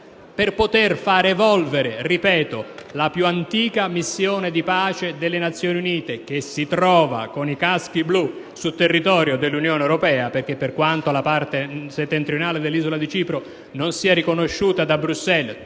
rappresenta - lo ripeto - la più antica missione di pace delle Nazioni Unite, che si trova con i caschi blu sul territorio dell'Unione europea (per quanto la parte settentrionale dell'isola di Cipro non sia riconosciuta da Bruxelles,